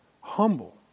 humble